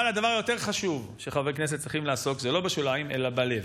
אבל הדבר היותר-חשוב שחברי כנסת צריכים לעשות זה לא בשוליים אלא בלב.